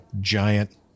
giant